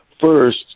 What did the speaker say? first